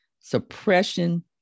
suppression